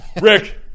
rick